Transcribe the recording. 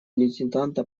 лейтенанта